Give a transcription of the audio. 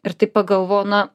ir taip pagalvojau na